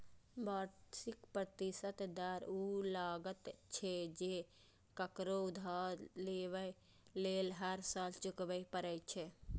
वार्षिक प्रतिशत दर ऊ लागत छियै, जे ककरो उधार लेबय लेल हर साल चुकबै पड़ै छै